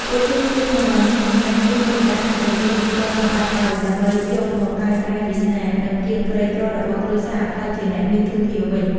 ពួកគេជឿថា បើមានសំណាង នោះទេវតានឹងប្រទានទ្រព្យសម្បត្តិឱ្យ ដើម្បីយកមកកែប្រែវាសនា និងភាពក្រីក្ររបស់គ្រួសារឱ្យក្លាយជាអ្នកមានធូរធារវិញ។